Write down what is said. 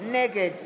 נגד